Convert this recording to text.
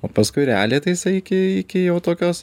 o paskui realiai tai jisai iki iki jau tokios